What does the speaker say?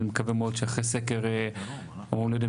אז אני מקווה מאוד שאחרי סקר או לא יודע,